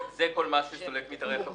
זה כל מה שסולק מתארח.